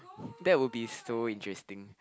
that will be so interesting